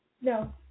no